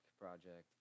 project